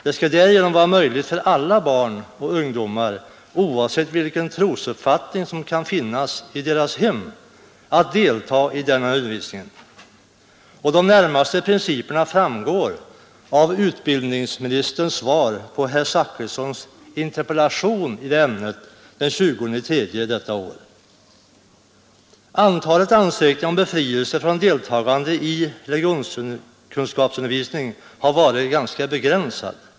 Det skall därigenom vara möjligt för alla barn och ungdomar, oavsett vilken trosuppfattning som kan finnas i deras hem, att delta i denna undervisning. De närmaste principerna framgår av utbildningsministerns svar på herr Zachrissons interpellation i det ämnet den 20 mars detta år. Antalet ansökningar om befrielse från deltagande i religionskunskapsundervisning har varit granska begränsat.